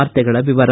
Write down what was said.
ವಾರ್ತೆಗಳ ವಿವರ